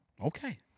Okay